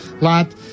lot